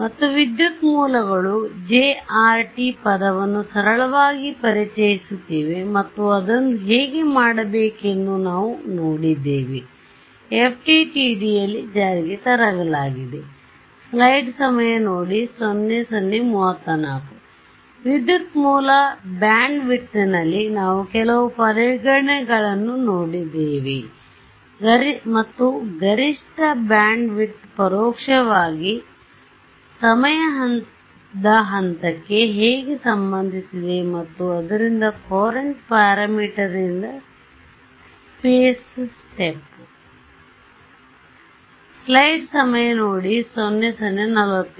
ಮತ್ತು ವಿದ್ಯುತ್ ಮೂಲಗಳು Jrt ಪದವನ್ನು ಸರಳವಾಗಿ ಪರಿಚಯಿಸುತ್ತಿವೆ ಮತ್ತು ಅದನ್ನು ಹೇಗೆ ಮಾಡಬೇಕೆಂದು ನಾವು ನೋಡಿದ್ದೇವೆ FDTD ಯಲ್ಲಿ ಜಾರಿಗೆ ತರಲಾಗಿದೆ ವಿದ್ಯುತ್ ಮೂಲ ಬ್ಯಾಂಡ್ವಿಡ್ತ್ನಲ್ಲಿ ನಾವು ಕೆಲವು ಪರಿಗಣನೆಗಳನ್ನು ನೋಡಿದ್ದೇವೆ ಮತ್ತು ಗರಿಷ್ಠಬ್ಯಾಂಡ್ವಿಡ್ತ್ ಪರೋಕ್ಷವಾಗಿ ಸಮಯದ ಹಂತಕ್ಕೆ ಹೇಗೆ ಸಂಬಂಧಿಸಿದೆ ಮತ್ತು ಆದ್ದರಿಂದ ಕೊರಂಟ್ ಪ್ಯಾರಾಮೀಟರ್ನಿಂದ ಸ್ಪೇಸ್ ಸ್ಟೆಪ್